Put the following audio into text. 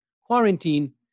quarantine